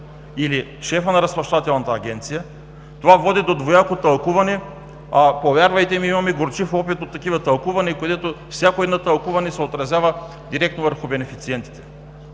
или шефът на Разплащателната агенция, това води до двояко тълкуване. Повярвайте ми, имаме горчив опит от такива тълкувания, където всяко едно тълкуване се отразява директно върху бенефициентите.